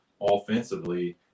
offensively